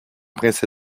prince